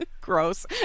Gross